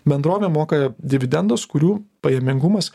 bendrovė moka dividendus kurių pajamingumas